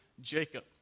Jacob